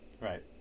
Right